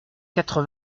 quatre